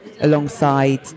alongside